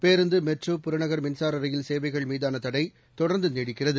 பேருந்து மெட்ரோ புறநகர் மின்சார ரயில் சேவைகள்மீதான தடை தொடர்ந்து நீடிக்கிறது